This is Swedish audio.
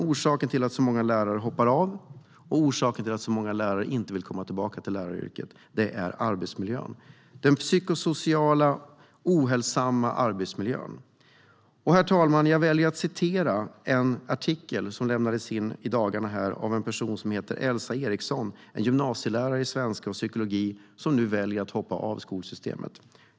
Orsaken till att så många lärare hoppar av och att så många lärare inte vill komma tillbaka till läraryrket är arbetsmiljön - den psykosociala ohälsosamma arbetsmiljön. Jag väljer att citera ur en artikel av Elsa Eriksson, gymnasielärare i svenska och psykologi, som nu väljer att hoppa av skolsystemet.